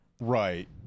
Right